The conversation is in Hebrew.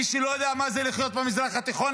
מי שלא יודע מה זה לחיות במזרח התיכון,